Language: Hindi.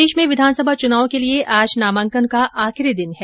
प्रदेश में विधानसभा चूनाव के लिये आज नामांकन का आखिरी दिन है